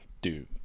dude